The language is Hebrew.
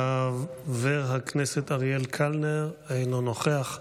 חבר הכנסת אריאל קלנר, אינו נוכח,